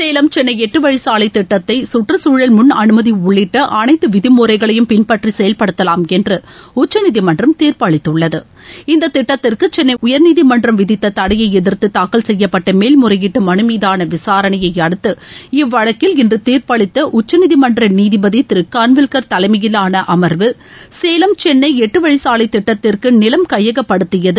சேலம் சென்னை எட்டு வழிச்சாலை திட்டத்தை சுற்றுச்சூழல் முன் அனுமதி உள்ளிட்ட அனைத்து விதிமுறைகளையும் பின்பற்றி செயல்படுத்தலாம் என்று உச்சநீதிமன்றம் தீர்ப்பு அளித்துள்ளது இந்த திட்டத்திற்கு சென்னை உயர்நீதிமன்றம் விதித்த தடையை எதிர்த்து தாக்கல் செய்யப்பட்ட மேல் முறையீட்டு மனு மீதான விசாரணையை அடுத்து இவ்வழக்கில் இன்று தீர்ப்பளித்த உச்சநீதிமன்ற நீதிபதி திரு காள்வில்கர் தலைமையிலான அமர்வு சேவம் சென்னை எட்டு வழிச்சாலைத் திட்டத்திற்கு நிலம் கையப்படுத்தியது